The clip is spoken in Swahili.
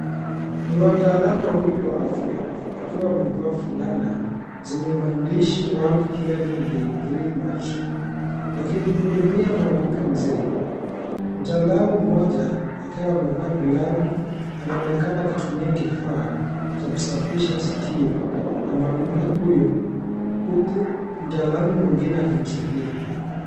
Ni wataalamu wawili wa afya wakiwa wamevaa fulana zenye maandishi World Hearing Day, 3 March , wakimhudumia mwanamke mzee. Mtaalamu mmoja akiwa amevaa glavu anaonekana akitumia kifaa cha kusafisha sikio la mwanamke huyo, huku mtaalamu mwingine akimsaidia.